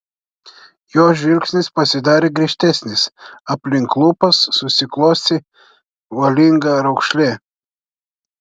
jo žvilgsnis pasidarė griežtesnis aplink lūpas susiklosi valinga raukšlė